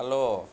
hello